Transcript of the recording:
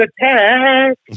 attack